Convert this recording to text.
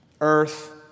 Earth